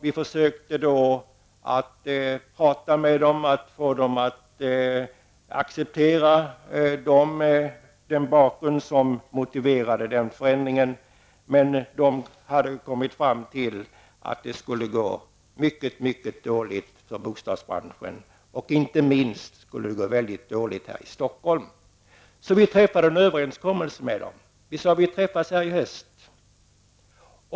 Vi försökte att prata med dem och få dem att acceptera den bakgrund som motiverade förändringen, men de hade kommit fram till att det skulle gå mycket dåligt för byggbranschen, inte minst skulle det gå väldigt dåligt här i Stockholm. Vi träffade en överenskommelse med dem om att träffas till hösten igen.